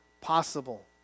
possible